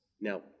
Now